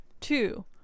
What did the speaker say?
two